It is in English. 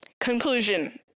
conclusion